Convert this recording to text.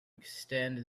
extend